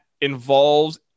involves